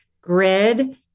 grid